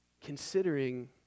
considering